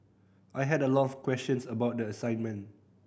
I had a lot of questions about the assignment